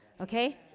okay